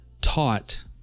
taught